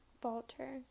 falter